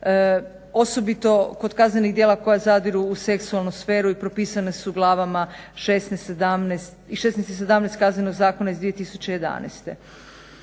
osobito kod kaznenih djela koja zadiru u seksualnu sferu i propisane su glavama 16.i 17. Kaznenog zakona iz 2011.